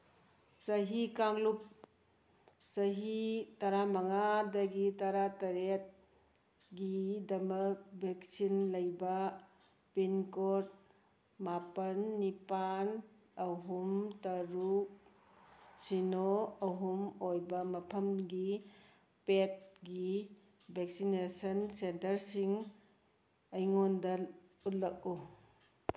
ꯆꯍꯤ ꯀꯥꯡꯂꯨꯞ ꯆꯍꯤ ꯇꯔꯥꯃꯉꯥꯗꯒꯤ ꯇꯔꯥꯇꯔꯦꯠꯒꯤꯗꯃꯛ ꯚꯦꯛꯁꯤꯟ ꯂꯩꯕ ꯄꯤꯟꯀꯣꯠ ꯃꯥꯄꯟ ꯅꯤꯄꯥꯟ ꯑꯍꯨꯝ ꯇꯔꯨꯛ ꯁꯤꯅꯣ ꯑꯍꯨꯝ ꯑꯣꯏꯕ ꯃꯐꯝꯒꯤ ꯄꯦꯠꯀꯤ ꯚꯦꯛꯁꯤꯅꯦꯁꯟ ꯁꯦꯟꯇꯔꯁꯤꯡ ꯑꯩꯉꯣꯟꯗ ꯎꯠꯂꯛꯎ